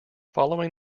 following